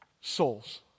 Souls